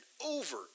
over